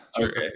Okay